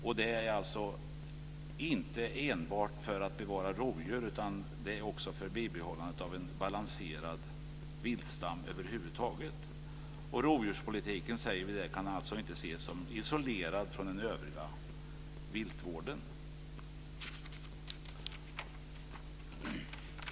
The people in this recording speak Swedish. Och det är inte enbart för att bevara rovdjur utan också för att bibehålla en balanserad viltstam över huvud taget. Och vi säger där att rovdjurspolitiken inte kan ses som isolerad från den övriga viltvården.